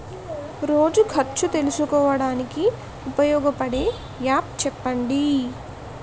రోజు ఖర్చు తెలుసుకోవడానికి ఉపయోగపడే యాప్ చెప్పండీ?